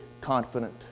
confident